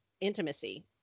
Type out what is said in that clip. intimacy